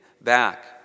back